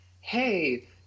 hey